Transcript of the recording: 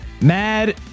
Mad